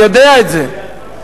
אני יודע את זה,